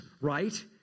right